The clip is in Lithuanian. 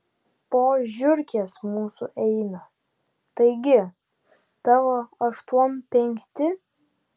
po žiurkės mūsų eina taigi tavo aštuom penkti